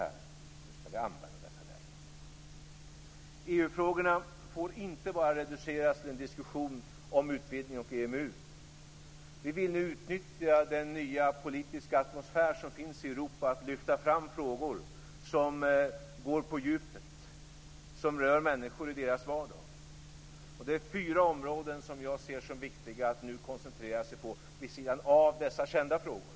EU-diskussionen får inte reduceras till att avse bara utvidgningen och EMU. Vi vill utnyttja den nya politiska atmosfär som nu finns i Europa till att lyfta fram frågor som går på djupet och som rör människor i deras vardag. Det är fyra områden som jag ser det som viktigt att nu koncentrera sig på vid sidan av dessa kända frågor.